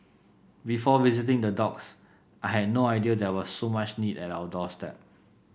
before visiting the I had no idea there was so much need at our doorstep